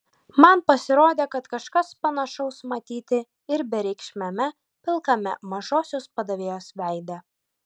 man pasirodė kad kažkas panašaus matyti ir bereikšmiame pilkame mažosios padavėjos veide